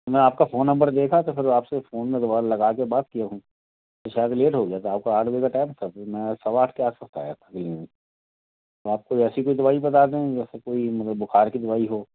मैं आपका phone number देखा तो फिर आपसे फ़ोन लगवा लगा कर बात किया हूँ तो शायद लेट हो गया था आपका आठ बजे का टाइम था फिर मैं सवा आठ के आस पास आया था क्लिनिक आप ऐसी कोई दवाई बता दें जैसा कोई मतलब कि बुखार की दवाई हो